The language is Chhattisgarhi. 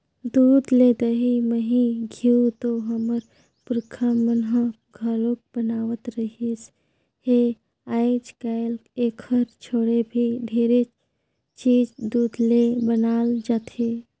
दूद ले दही, मही, घींव तो हमर पूरखा मन ह घलोक बनावत रिहिस हे, आयज कायल एखर छोड़े भी ढेरे चीज दूद ले बनाल जाथे